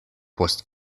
post